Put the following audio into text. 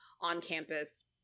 on-campus